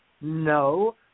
No